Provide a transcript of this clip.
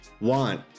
want